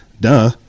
Duh